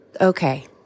okay